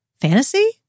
fantasy